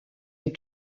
est